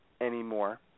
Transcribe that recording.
Anymore